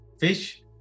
fish